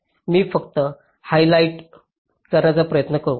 मी फक्त हायलाइट करण्याचा प्रयत्न करू